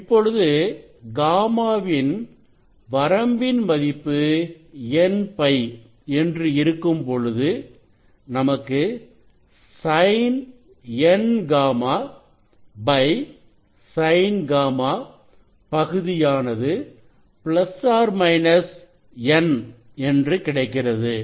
இப்பொழுது γ வின் வரம்பின் மதிப்பு nπ என்று இருக்கும்பொழுது நமக்கு Sin Nγ Sinγ பகுதியானது பிளஸ் ஆர் மைனஸ் N என்று கிடைக்கிறது